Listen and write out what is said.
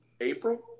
April